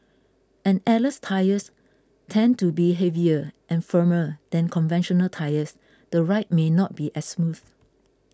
and airless tyres tend to be heavier and firmer than conventional tyres the ride may not be as smooth